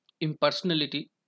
impersonality